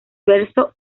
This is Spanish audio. verso